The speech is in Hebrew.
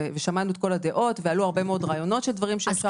שמענו את כל הדעות ועלו הרבה מאוד רעיונות של דברים שאפשר לעשות.